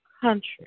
country